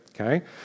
okay